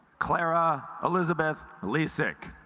clara elizabeth lee sick